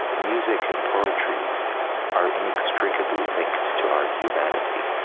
music and poetry are inextricably linked to our humanity.